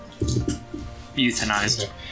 euthanized